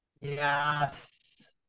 Yes